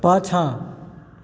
पाछाँ